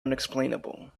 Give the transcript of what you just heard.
unexplainable